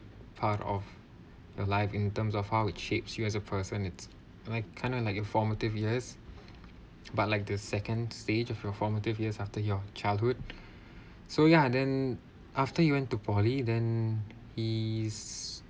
part of the life in terms of how it shapes you as a person it's you know like kind of like a formative years but like the second stage of your formative years after your childhood so ya and then after he went to poly then he's